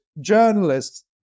journalists